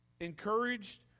encouraged